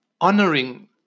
honoring